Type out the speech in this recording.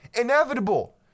Inevitable